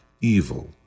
evil